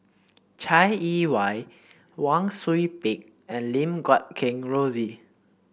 Chai Yee Wei Wang Sui Pick and Lim Guat Kheng Rosie